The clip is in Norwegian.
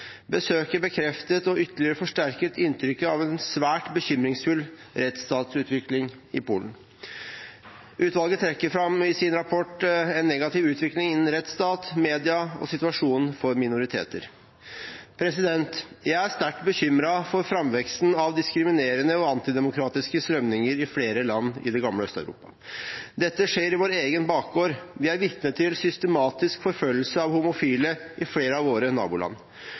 besøket bekreftet og ytterligere forsterket inntrykket av en svært bekymringsfull rettsstatsutvikling i Polen. De trekker i sin rapport fram en negativ utvikling innen rettsstat, media og situasjonen for minoriteter. Jeg er sterkt bekymret for framveksten av diskriminerende og antidemokratiske strømninger i flere land i det gamle Øst-Europa. Dette skjer i vår egen bakgård. Vi er vitne til systematisk forfølgelse av homofile i flere av våre naboland.